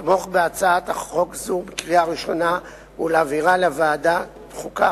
לתמוך בהצעת חוק זו בקריאה ראשונה ולהעבירה לוועדת חוקה,